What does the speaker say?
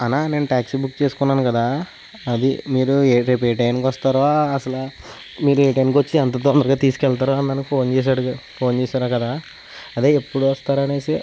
అన్నా నేను taxi book చేసుకున్నాను కదా అది మీరు ఏ రేపు ఏ టైమ్కి వస్తారో అసలు మీరు ఏ టైమ్కి వచ్చి ఎంత తొందరగా తీసుకెళ్తారో ఫోన్ చేసి అడిగారని ఫోన్ చేశారు కదా అదే ఎప్పుడు వస్తారు అనేసి